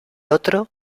otro